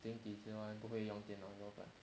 井底之蛙不会用电脑怎么办